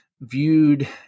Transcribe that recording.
viewed